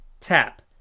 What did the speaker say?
Tap